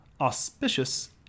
Auspicious